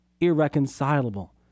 irreconcilable